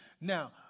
Now